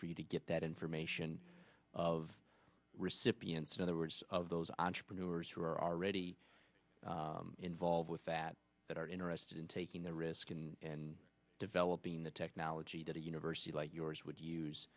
for you to get that information of recipients in the words of those entrepreneurs who are already involved with that that are interested in taking the risk in developing the technology that a university like yours would use